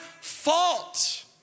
fault